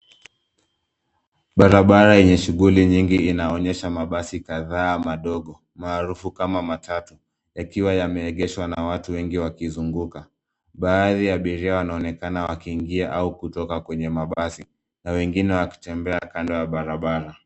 Barabara yenye shughuli nyingi inaonyesha mabasi kadhaa madogo. Maarufu kama matatu yakiwa yameegeshwa na watu wengi wakizunguka. Baadhi ya abiria wanaonekana wakiingia au kutoka kwenye mabasi. Na wengine wakitembea kando ya barabara.